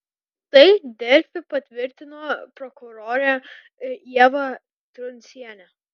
tai delfi patvirtino prokurorė ieva truncienė